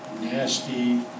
nasty